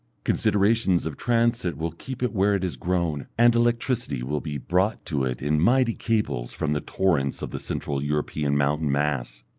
considerations of transit will keep it where it has grown, and electricity will be brought to it in mighty cables from the torrents of the central european mountain mass.